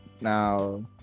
Now